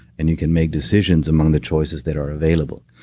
and you can make decisions among the choices that are available,